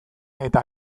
eta